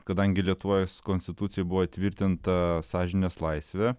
kadangi lietuvoj konstitucija buvo įtvirtinta sąžinės laisve